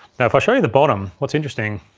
now if i show you the bottom, what's interesting,